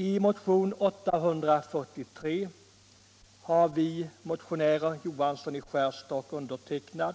I motionen 843 har herr Johansson i Skärstad och jag